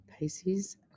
Pisces